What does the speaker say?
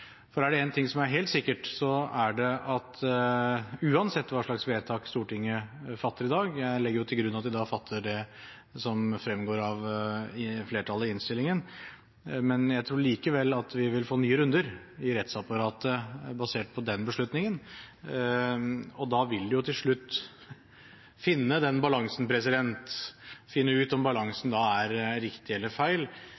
For er det en ting som er helt sikkert, er det at uansett hva slags vedtak Stortinget fatter i dag – jeg legger da til grunn at de fatter det vedtaket som fremgår av flertallet i innstillingen – tror jeg likevel at vi vil få nye runder i rettsapparatet basert på den beslutningen. Da vil en til slutt finne den balansen, finne ut om balansen er riktig eller feil,